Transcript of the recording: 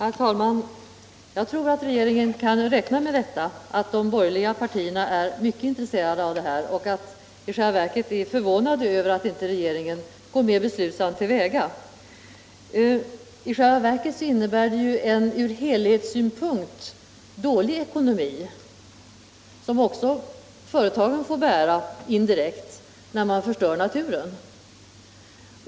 Herr talman! Jag tror att regeringen kan räkna med att de borgerliga partierna är mycket intresserade av denna fråga. Vi är faktiskt förvånade över att regeringen inte går mer beslutsamt till väga. I själva verket innebär det ju en ur helhetssynpunkt dålig ekonomi — något som också företagen indirekt får bära — när man förstör naturen.